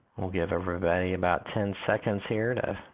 we'll give everybody about ten seconds here to